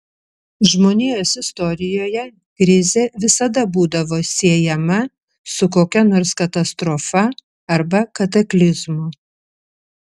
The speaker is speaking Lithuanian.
žmonijos istorijoje krizė visada būdavo siejama su kokia nors katastrofa arba kataklizmu